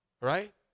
right